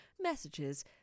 messages